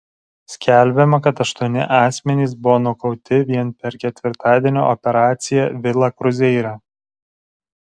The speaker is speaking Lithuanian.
skelbiama kad aštuoni asmenys buvo nukauti vien per ketvirtadienio operaciją vila kruzeire